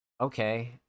Okay